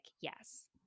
yes